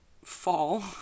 fall